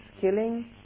killing